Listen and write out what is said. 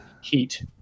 heat